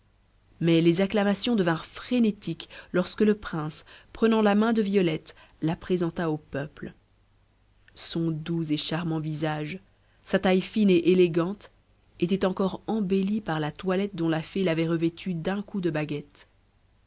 mais les acclamations devinrent frénétiques lorsque le prince prenant la main de violette la présenta au peuple son doux et charmant visage sa taille fine et élégante étaient encore embellis par la toilette dont la fée l'avait revêtue d'un coup de baguette